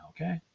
okay